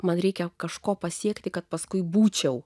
man reikia kažko pasiekti kad paskui būčiau